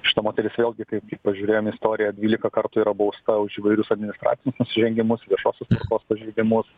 šita moteris vėlgi kaip tik pažiūrėjom istoriją dvylika kartų yra bausta už įvairius administracinius nusižengimus viešosios tvarkos pažeidimus